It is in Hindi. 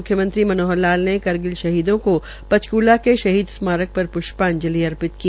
मुख्यमंत्री मनोहर लाल ने करगिल शहीदों को पंचकूला के शहीद स्मारक पर प्ष्पाजंलि अर्पित की